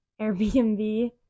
airbnb